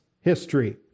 history